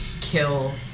kill